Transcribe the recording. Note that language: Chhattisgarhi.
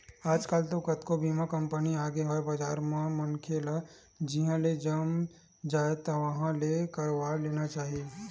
आजकल तो कतको बीमा कंपनी आगे हवय बजार म मनखे ल जिहाँ ले जम जाय उहाँ ले करवा लेना चाही